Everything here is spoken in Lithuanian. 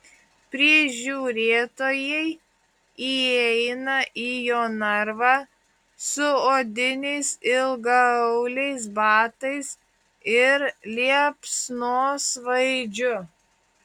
prižiūrėtojai įeina į jo narvą su odiniais ilgaauliais batais ir liepsnosvaidžiu